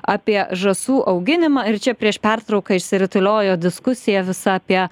apie žąsų auginimą ir čia prieš pertrauką išsirutuliojo diskusija visa apie